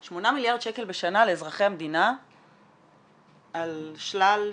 8 מיליארד שקל בשנה לאזרחי המדינה על שלל שירותים,